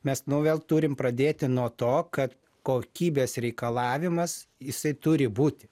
mes nu vėl turim pradėti nuo to kad kokybės reikalavimas jisai turi būti